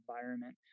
environment